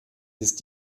ist